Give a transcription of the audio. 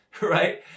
right